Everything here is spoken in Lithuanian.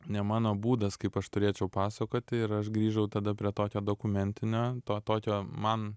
ne mano būdas kaip aš turėčiau pasakoti ir aš grįžau tada prie tokio dokumentinio to tokio man